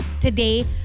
today